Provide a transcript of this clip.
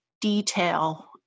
detail